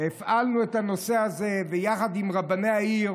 הפעלנו את הנושא הזה, ועם רבני העיר